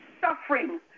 suffering